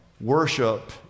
Worship